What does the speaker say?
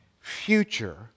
Future